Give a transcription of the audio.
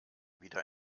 wieder